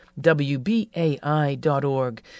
WBAI.org